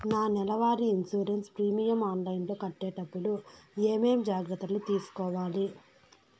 నా నెల వారి ఇన్సూరెన్సు ప్రీమియం ఆన్లైన్లో కట్టేటప్పుడు ఏమేమి జాగ్రత్త లు తీసుకోవాలి?